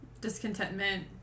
discontentment